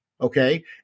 Okay